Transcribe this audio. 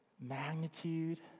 magnitude